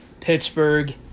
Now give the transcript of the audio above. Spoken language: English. Pittsburgh